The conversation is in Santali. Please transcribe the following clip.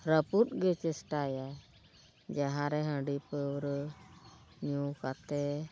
ᱨᱟᱹᱯᱩᱫ ᱜᱮ ᱪᱮᱥᱴᱟᱭᱟ ᱡᱟᱦᱟᱸᱨᱮ ᱦᱟᱺᱰᱤ ᱯᱟᱹᱣᱨᱟᱹ ᱧᱩ ᱠᱟᱛᱮ